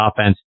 offense